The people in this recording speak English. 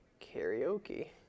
karaoke